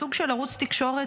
בסוג של ערוץ תקשורת,